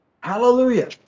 Hallelujah